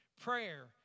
Prayer